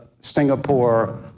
Singapore